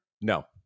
No